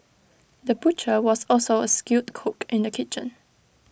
the butcher was also A skilled cook in the kitchen